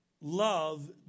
love